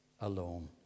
alone